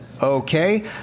Okay